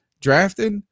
drafted